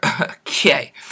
Okay